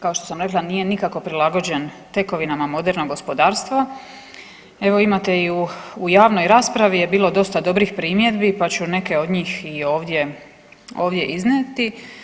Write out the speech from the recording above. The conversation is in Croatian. Kao što sam rekla, nije nikako prilagođen tekovinama modernog gospodarstva, evo imate i u javnoj raspravi je bilo dosta dobrih primjedbi pa ću neke od njih i ovdje iznijeti.